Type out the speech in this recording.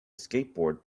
skateboard